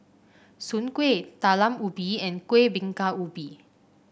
Soon Kway Talam Ubi and Kuih Bingka Ubi